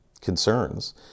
concerns